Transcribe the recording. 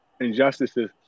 injustices